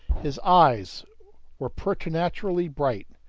his eyes were preternaturally bright.